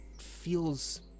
feels